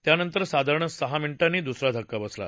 त्यानंतर साधारण सहा मिनिटांनी दुसरा धक्का बसला